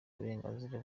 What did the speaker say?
uburenganzira